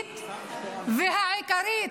המהותית והעיקרית.